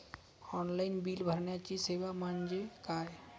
Online bill भरण्याची सेवा म्हणजे काय?